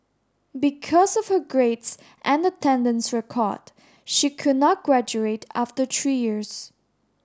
because of her grades and attendance record she could not graduate after three years